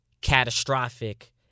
catastrophic